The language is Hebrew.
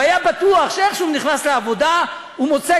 הוא היה בטוח שאיך שהוא נכנס לעבודה הוא מוצא